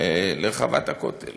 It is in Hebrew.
לרחבת הכותל